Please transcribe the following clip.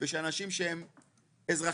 ושל אנשים שהם אזרחים,